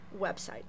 website